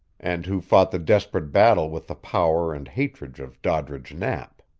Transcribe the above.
and who fought the desperate battle with the power and hatred of doddridge knapp.